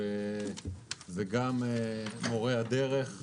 שזה גם מורי הדרך.